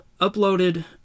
uploaded